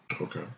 Okay